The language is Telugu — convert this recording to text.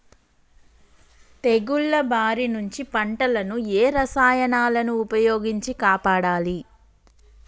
తెగుళ్ల బారి నుంచి పంటలను ఏ రసాయనాలను ఉపయోగించి కాపాడాలి?